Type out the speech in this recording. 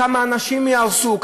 כמה אנשים ייהרסו,